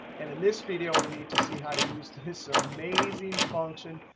and in this video, we need to see how to use this amazing function,